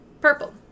Purple